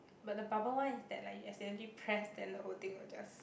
but the bubble one is that like you accidentally press then the whole thing will just